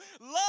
love